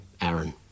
Aaron